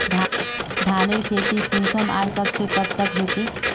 धानेर खेती कुंसम आर कब से कब तक होचे?